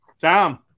tom